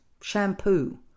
shampoo